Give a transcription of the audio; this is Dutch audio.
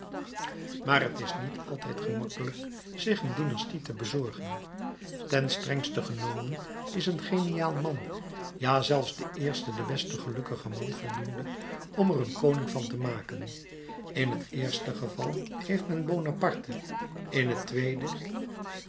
maar het is niet altijd gemakkelijk zich een dynastie te bezorgen ten strengste genomen is een geniaal man ja zelfs de eerste de beste gelukkige man voldoende om er een koning van te maken in t eerste geval heeft men bonaparte in het tweede